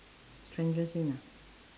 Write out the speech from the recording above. strangest thing ah